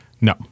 No